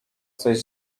coś